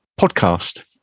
podcast